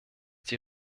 die